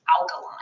alkaline